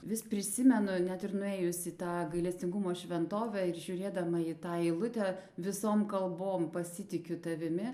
vis prisimenu net ir nuėjus į tą gailestingumo šventovę ir žiūrėdama į tą eilutę visom kalbom pasitikiu tavimi